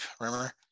Remember